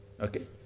Okay